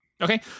Okay